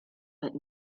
but